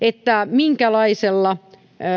minkälaisella